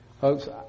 Folks